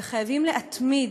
וחייבים להתמיד.